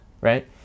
right